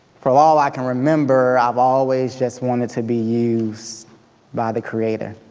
for all i can remember, i've always just wanted to be used by the creator